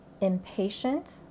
impatient